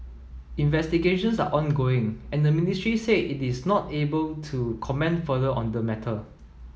investigations are ongoing and the ministry said it is not able to comment further on the matter